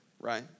right